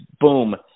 boom